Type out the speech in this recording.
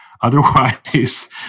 Otherwise